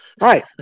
Right